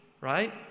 Right